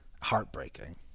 heartbreaking